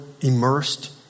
immersed